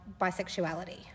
bisexuality